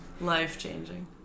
life-changing